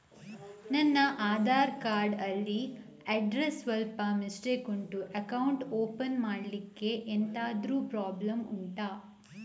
ನನ್ನ ಆಧಾರ್ ಕಾರ್ಡ್ ಅಲ್ಲಿ ಅಡ್ರೆಸ್ ಸ್ವಲ್ಪ ಮಿಸ್ಟೇಕ್ ಉಂಟು ಅಕೌಂಟ್ ಓಪನ್ ಮಾಡ್ಲಿಕ್ಕೆ ಎಂತಾದ್ರು ಪ್ರಾಬ್ಲಮ್ ಉಂಟಾ